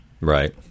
Right